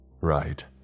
Right